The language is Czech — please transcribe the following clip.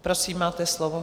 Prosím, máte slovo.